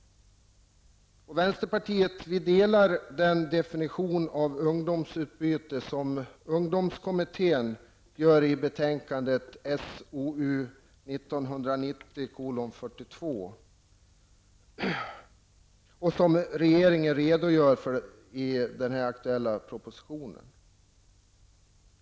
Vänsterpartiet instämmer i den definition av ungdomsutbyte som ungdomskommittén gör i betänkandet SOU 1990:42 och som regeringen redogör för i den här aktuella propositionen.